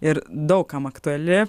ir daug kam aktuali